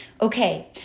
Okay